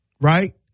Right